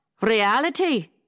Reality